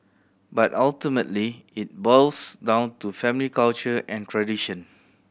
but ultimately it boils down to family culture and tradition